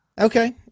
Okay